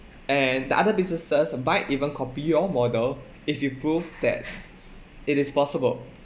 and the other businesses might even copy your model if you prove that it is possible